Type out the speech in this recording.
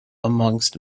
amongst